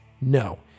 No